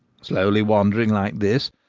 slowly wandering like this,